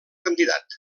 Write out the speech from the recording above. candidat